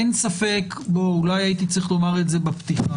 אין ספק אולי הייתי צריך לומר את זה בפתיחה